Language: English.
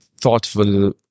thoughtful